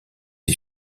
est